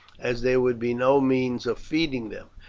as there would be no means of feeding them.